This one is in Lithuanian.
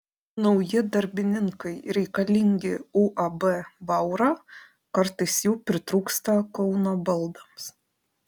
nauji darbininkai reikalingi uab vaura kartais jų pritrūksta kauno baldams